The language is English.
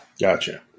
Gotcha